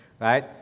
right